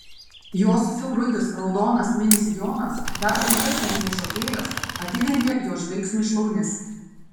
jos siaurutis raudonas mini sijonas dar trumpesnis nei šokėjos atidengia jo žvilgsniui šlaunis